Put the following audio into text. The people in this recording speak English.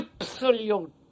absolute